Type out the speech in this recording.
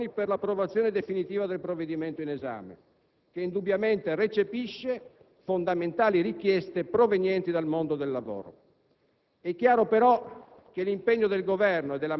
Vi sono pertanto, a mio avviso, molte ragioni per l'approvazione definitiva del provvedimento in esame, che indubbiamente recepisce fondamentali richieste provenienti dal mondo del lavoro.